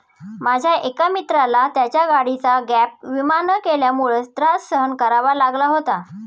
माझ्या एका मित्राला त्याच्या गाडीचा गॅप विमा न केल्यामुळे त्रास सहन करावा लागला होता